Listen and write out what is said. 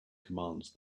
commands